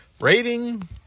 Rating